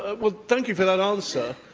ah well, thank you for that answer.